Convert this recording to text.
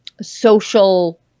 social